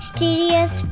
Studios